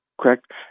correct